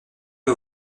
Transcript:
que